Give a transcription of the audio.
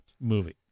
movie